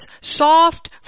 soft